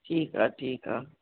ठीकु आहे ठीकु आहे